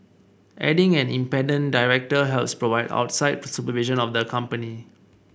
adding an independent director helps provide outside supervision of the company